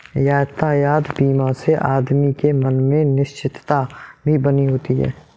यातायात बीमा से आदमी के मन में निश्चिंतता भी बनी होती है